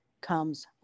comes